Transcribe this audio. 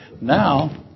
Now